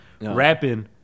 rapping